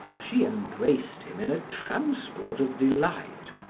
she embraced him in a transport of delight.